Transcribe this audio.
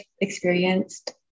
experienced